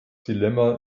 dilemma